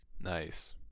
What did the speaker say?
nice